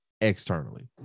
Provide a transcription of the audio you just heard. externally